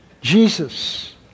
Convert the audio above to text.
Jesus